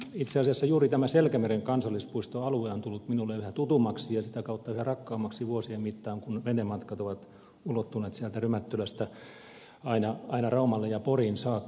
itse asiassa juuri tämä selkämeren kansallispuistoalue on tullut minulle yhä tutummaksi ja sitä kautta yhä rakkaammaksi vuosien mittaan kun venematkat ovat ulottuneet sieltä rymättylästä aina raumalle ja poriin saakka